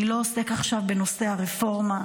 "אני לא עוסק עכשיו בנושא הרפורמה.